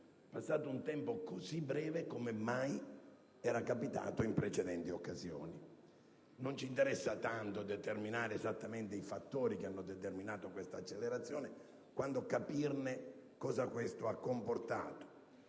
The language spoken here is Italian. è passato un tempo così breve come mai era capitato in precedenti occasioni. Non ci interessa tanto individuare esattamente i fattori che hanno determinato questa accelerazione, quanto capire cosa questo ha comportato.